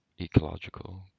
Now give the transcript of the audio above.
ecological